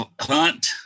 hunt